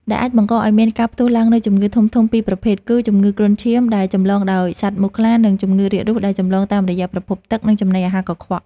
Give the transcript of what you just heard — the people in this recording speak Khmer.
ដែលអាចបង្កឱ្យមានការផ្ទុះឡើងនូវជំងឺធំៗពីរប្រភេទគឺ ជំងឺគ្រុនឈាមដែលចម្លងដោយសត្វមូសខ្លា និងជំងឺរាករូសដែលចម្លងតាមរយៈប្រភពទឹក និងចំណីអាហារកខ្វក់។